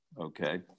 okay